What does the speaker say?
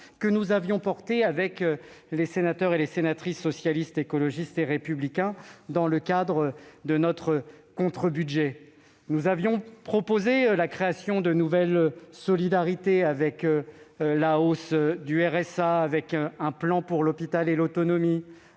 que nous avions portées avec les sénateurs et sénatrices du groupe Socialiste, Écologiste et Républicain dans le cadre de notre contre-budget. Ainsi, nous avions proposé la création de nouvelles solidarités, avec la hausse du RSA, un plan pour l'hôpital et l'autonomie,